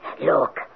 Look